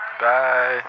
Bye